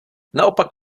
naopak